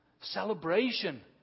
celebration